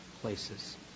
places